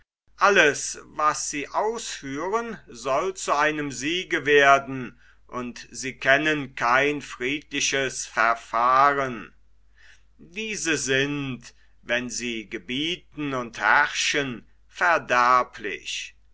alles was sie ausführen soll zu einem siege werden und sie kennen kein friedliches verfahren diese sind wenn sie gebieten und herrschen verderblich